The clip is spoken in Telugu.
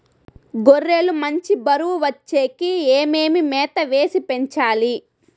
గొర్రె లు మంచి బరువు వచ్చేకి ఏమేమి మేత వేసి పెంచాలి?